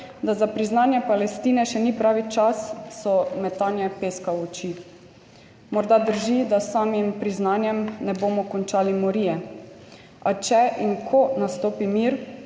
da za priznanje Palestine še ni pravi čas, so metanje peska v oči. Morda drži, da s samim priznanjem ne bomo končali morije, a če in ko nastopi mir,